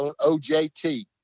ojt